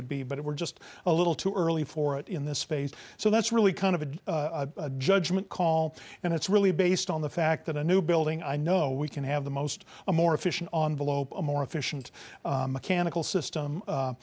would be but we're just a little too early for it in this space so that's really kind of a judgment call and it's really based on the fact that a new building i know we can have the most a more efficient on below a more efficient mechanical